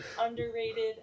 underrated